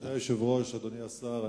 אדוני היושב-ראש,